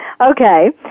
Okay